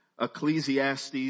Ecclesiastes